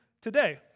today